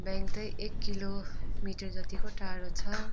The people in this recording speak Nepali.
ब्याङ्कै एक किलोमिटर जतिको टाढो छ